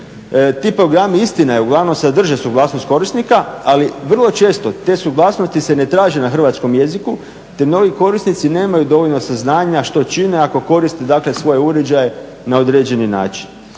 Ti programi, istina je, uglavnom sadrže suglasnost korisnika, ali vrlo često te suglasnosti se ne traže na hrvatskom jeziku te mnogi korisnici nemaju dovoljno saznanja što čine ako koriste svoje uređaje na određeni način.